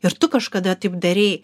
ir tu kažkada taip darei